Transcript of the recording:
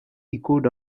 echoed